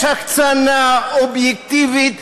יש הקצנה אובייקטיבית,